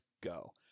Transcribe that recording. go